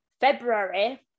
February